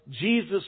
Jesus